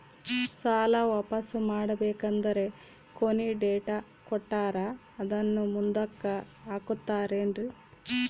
ಸಾಲ ವಾಪಾಸ್ಸು ಮಾಡಬೇಕಂದರೆ ಕೊನಿ ಡೇಟ್ ಕೊಟ್ಟಾರ ಅದನ್ನು ಮುಂದುಕ್ಕ ಹಾಕುತ್ತಾರೇನ್ರಿ?